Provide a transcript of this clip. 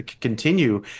continue